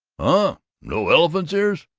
huh? no elephants' ears?